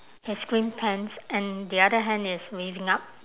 his green pants and the other hand is raising up